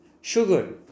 sugar